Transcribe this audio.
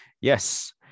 yes